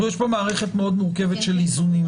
יש פה מערכת מאוד מורכבת של איזונים.